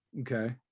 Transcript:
okay